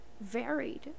varied